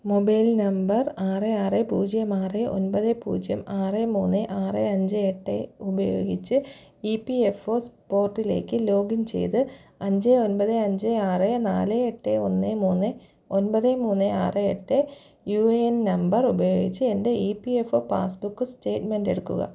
mobile number ആറ് ആറ് പൂജ്യം ആറ് ഒൻപത് പൂജ്യം ആറ് മൂന്ന് ആറ് അഞ്ച് എട്ട് ഉപയോഗിച്ച് ഇ പി എഫ് ഒ പോർട്ടലിലേക്ക് ലോഗിൻ ചെയ്ത് അഞ്ച് ഒൻപത് അഞ്ച് ആറ് നാല് എട്ട് ഒന്ന് മൂന്ന് ഒൻപത് മൂന്ന് ആറ് എട്ട് യൂ ഏ എൻ നമ്പർ ഉപയോഗിച്ച് എന്റെ ഈ പി എഫ് ഒ പാസ്ബുക്ക് സ്റ്റേറ്റ്മെന്റെ എടുക്കുക